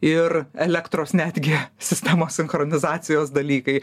ir elektros netgi sistemos sinchronizacijos dalykai